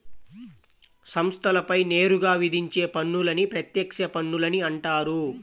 సంస్థలపై నేరుగా విధించే పన్నులని ప్రత్యక్ష పన్నులని అంటారు